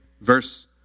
Verse